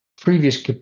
previous